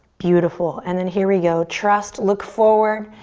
beautiful, and then here we go. trust, look forward.